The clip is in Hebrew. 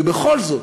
ובכל זאת,